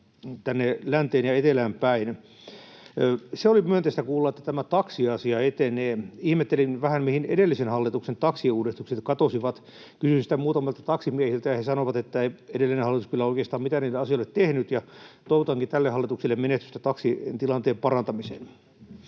tänne länteen ja etelään päin. Se oli myönteistä kuulla, että tämä taksiasia etenee. Ihmettelin vähän, mihin edellisen hallituksen taksiuudistukset katosivat. Kysyin sitä muutamilta taksimiehiltä, ja he sanoivat, että ei edellinen hallitus kyllä oikeastaan mitään niille asioille tehnyt, ja toivotankin tälle hallitukselle menestystä taksien tilanteen parantamiseen.